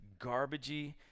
garbagey